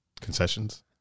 Concessions